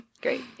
great